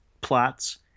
plots